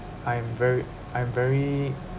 I'm very I'm very